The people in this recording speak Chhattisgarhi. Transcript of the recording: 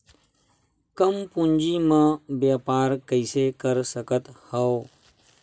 कम पूंजी म व्यापार कइसे कर सकत हव?